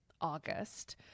August